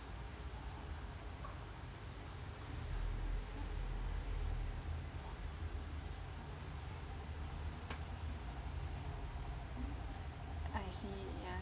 I see ya